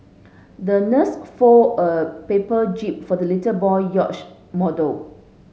the nurse folded a paper jib for the little boy yacht model